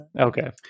okay